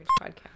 podcast